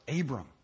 Abram